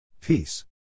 Peace